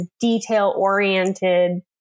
detail-oriented